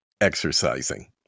exercising